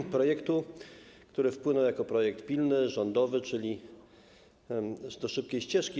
Nad projektem, który wpłynął jako projekt pilny, rządowy, czyli do szybkiej ścieżki.